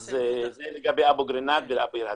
זה לגבי אבו קרינאת וביר הדאג'.